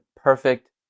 perfect